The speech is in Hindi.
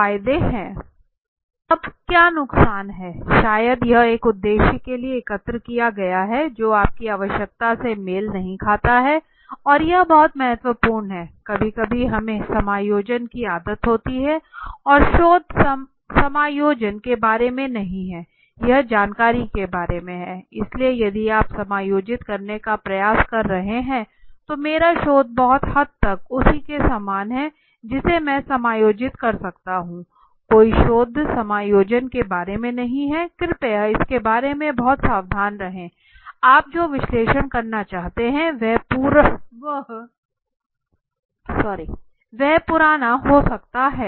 अब क्या नुकसान हैं शायद यह एक उद्देश्य के लिए एकत्र किया गया है जो आपकी आवश्यकता से मेल नहीं खाता है और यह बहुत महत्वपूर्ण है कभी कभी हमें समायोजन की आदत होती है और शोध समायोजन के बारे में नहीं है यह जानने के बारे में है इसलिए यदि आप समायोजित करने का प्रयास कर रहे हैं तो मेरा शोध बहुत हद तक उसी के समान है जिसे मैं समायोजित कर सकता हूं कोई शोध समायोजन के बारे में नहीं है कृपया इसके बारे में बहुत सावधान रहें आप जो विश्लेषण करना चाहते हैं वह पुराना हो सकता है